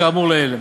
כאמור לעיל.